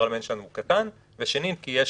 כי הפרלמנט שלנו הוא קטן,